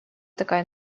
такая